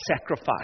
sacrifice